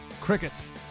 crickets